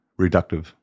reductive